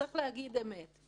צריך להגיד אמת.